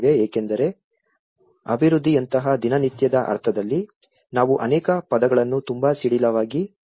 ಏಕೆಂದರೆ ಅಭಿವೃದ್ಧಿಯಂತಹ ದಿನನಿತ್ಯದ ಅರ್ಥದಲ್ಲಿ ನಾವು ಅನೇಕ ಪದಗಳನ್ನು ತುಂಬಾ ಸಡಿಲವಾಗಿ ಬಳಸುತ್ತೇವೆ